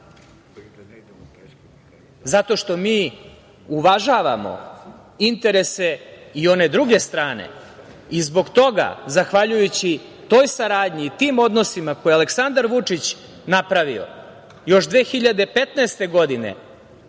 zato što mi uvažavamo interese i one druge strane. Zbog toga, zahvaljujući toj saradnji i tim odnosima koje je Aleksandar Vučić napravio još 2015. godine,